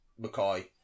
mccoy